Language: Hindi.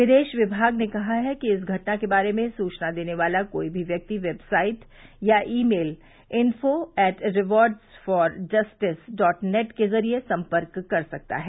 विदेश विमाग ने कहा है कि इस घटना के बारे में सुचना देने वाला कोई भी व्यक्ति वेव साइट या email info at rewards for justice dot net के जरिए सम्पर्क कर सकता है